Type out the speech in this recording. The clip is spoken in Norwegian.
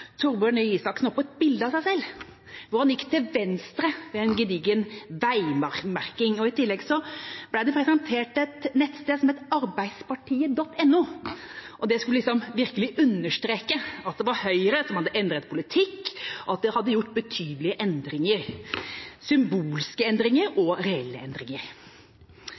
Torbjørn Røe Isaksen opp et bilde av seg selv hvor han gikk til venstre ved en gedigen veimerking. I tillegg ble det presentert et nettsted som het arbeidspartiet.no, og det skulle virkelig understreke at det var Høyre som hadde endret politikk, og at man hadde gjort betydelige endringer – symbolske endringer og reelle endringer.